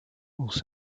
also